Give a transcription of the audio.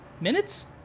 Minutes